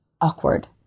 awkward